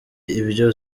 ibyo